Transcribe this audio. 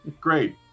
great